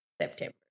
September